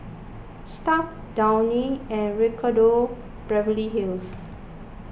Stuff'd Downy and Ricardo Beverly Hills